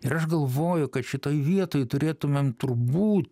ir aš galvoju kad šitoj vietoj turėtumėm turbūt